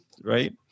Right